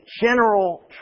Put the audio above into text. general